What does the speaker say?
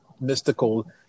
mystical